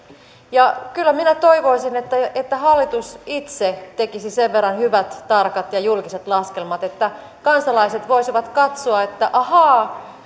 kyllä minä toivoisin että hallitus itse tekisi sen verran hyvät tarkat ja julkiset laskelmat että kansalaiset voisivat katsoa että ahaa